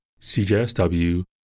CJSW